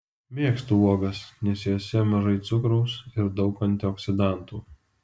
mėgstu uogas nes jose mažai cukraus ir daug antioksidantų